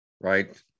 Right